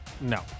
no